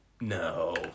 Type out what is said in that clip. No